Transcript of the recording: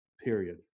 period